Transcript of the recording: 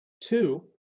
two